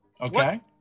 Okay